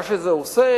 מה שזה עושה,